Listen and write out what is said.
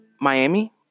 Miami